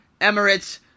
Emirates